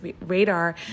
radar